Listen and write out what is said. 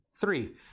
Three